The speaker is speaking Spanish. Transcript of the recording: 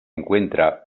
encuentra